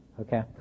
Okay